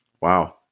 wow